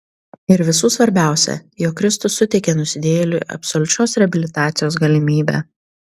ir visų svarbiausia jog kristus suteikė nusidėjėliui absoliučios reabilitacijos galimybę